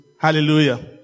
Hallelujah